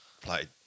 played